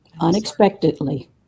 unexpectedly